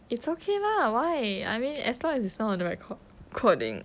it's okay lah why I mean as long as it's not on the recording